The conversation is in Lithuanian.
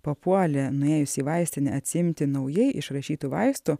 papuolė nuėjus į vaistinę atsiimti naujai išrašytų vaistų